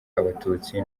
abatutsi